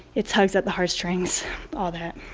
it tugs at the heart strings all that.